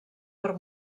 per